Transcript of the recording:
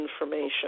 information